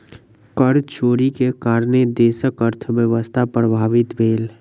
कर चोरी के कारणेँ देशक अर्थव्यवस्था प्रभावित भेल